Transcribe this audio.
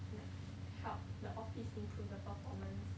like help the office improve the performance